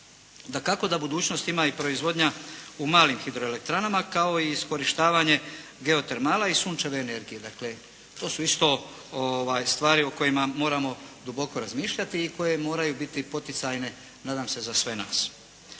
Dakako da budućnost ima i proizvodnja u malim hidroelektranama kao i iskorištavanje geotermala i sunčeve energije. To su isto stvari o kojima moramo duboko razmišljati i koje moraju biti poticajne, nadam se, za sve nas.